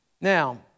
Now